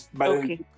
Okay